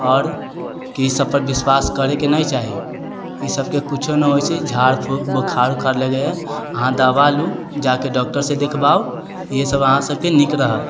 आओर ईसभ पर विश्वास करैके नहि चाही इसभके कुछौ न होइ छै झाड़ फूख बुखार उखार लगै अहाँ दवा लू जाकर डॉक्टर सँ देखबाऊ ई सभ अहाँ सभके नीक रहत